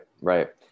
right